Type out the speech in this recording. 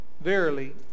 verily